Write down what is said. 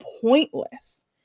pointless